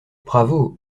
bravo